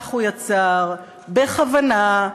כך הוא יצר בכוונה,